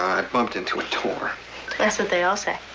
i bumped into a door. that's what they all say.